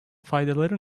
faydaları